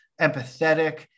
empathetic